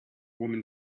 woman